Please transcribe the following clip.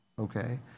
Okay